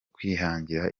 kwihangira